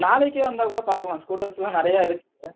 நாளைக்கே வந்தால் கூட பார்க்கலாம் ஸ்கூட்டர்ஸ்ஸெல்லாம் நிறைய இருக்குது சார்